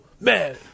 man